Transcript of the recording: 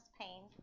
pain